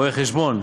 רואי-חשבון,